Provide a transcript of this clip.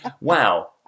Wow